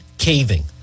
caving